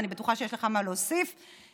אני בטוחה שיש לך מה להוסיף ולתרום.